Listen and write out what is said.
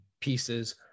pieces